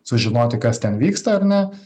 sužinoti kas ten vyksta ar ne